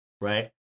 right